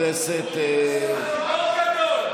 חכה כאן.